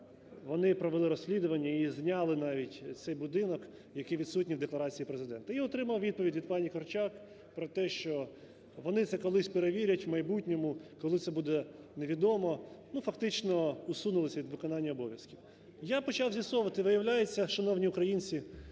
вони провели розслідування і зняли навіть цей будинок, який відсутній в декларації Президента. І отримав відповідь від пані Корчак про те, що вони це колись перевірять в майбутньому. Коли це буде – невідомо. Ну фактично усунулися від виконання обов'язків. Я почав з'ясовувати. Виявляється, шановні українці,